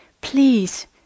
Please